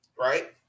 Right